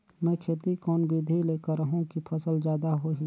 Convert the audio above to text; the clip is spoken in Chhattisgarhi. मै खेती कोन बिधी ल करहु कि फसल जादा होही